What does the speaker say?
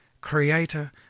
creator